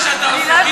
מה שאתה עושה,